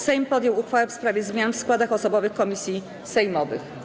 Sejm podjął uchwałę w sprawie zmian w składach osobowych komisji sejmowych.